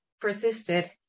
persisted